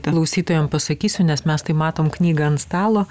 klausytojams pasakysiu nes mes tai matom knygą ant stalo